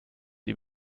ihm